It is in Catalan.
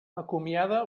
acomiada